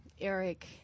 Eric